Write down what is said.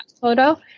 photo